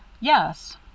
Yes